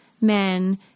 men